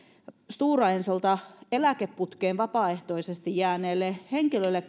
stora ensolta eläkeputkeen vapaaehtoisesti jääneelle henkilölle